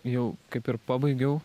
jau kaip ir pabaigiau